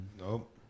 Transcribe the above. Nope